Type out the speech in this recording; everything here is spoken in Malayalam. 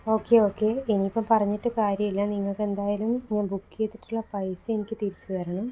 ഓക്കേ ഓക്കേ ഇനിയിപ്പം പറഞ്ഞിട്ട് കാര്യമില്ല നിങ്ങൾക്കെന്തായാലും ഞാന് ബുക്ക് ചെയ്തിട്ടുള്ള പൈസ എനിക്ക് തിരിച്ച് തരണം